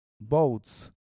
boats